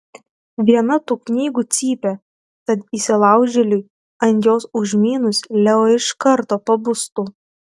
viena tų knygų cypia tad įsilaužėliui ant jos užmynus leo iš karto pabustų